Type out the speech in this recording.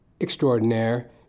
extraordinaire